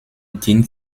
dient